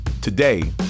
Today